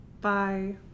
Bye